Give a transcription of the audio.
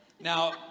Now